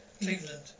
Cleveland